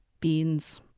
beans.